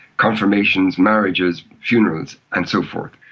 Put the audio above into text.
confirmations, marriages, funerals and so forth.